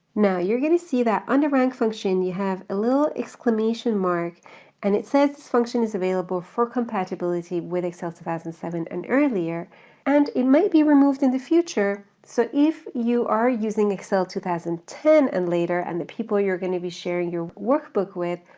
now you're gonna see that under rank function you have a little exclamation mark and it says this function is available for compatibility with excel two thousand and seven and earlier and it might be removed in the future. so if you are using excel two thousand and ten and later and the people you're gonna be sharing your workbook with,